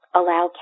allow